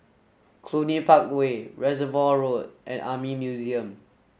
Cluny Park Way Reservoir Road and Army Museum